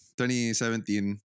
2017